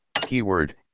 Keyword